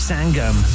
Sangam